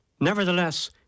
Nevertheless